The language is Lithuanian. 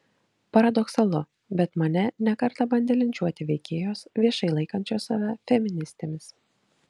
paradoksalu bet mane ne kartą bandė linčiuoti veikėjos viešai laikančios save feministėmis